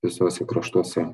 visuose kraštuose